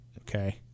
Okay